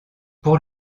pour